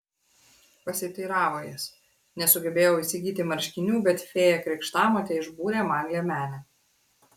pasiteiravo jis nesugebėjau įsigyti marškinių bet fėja krikštamotė išbūrė man liemenę